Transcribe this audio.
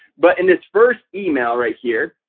but in this first email right here,